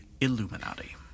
Illuminati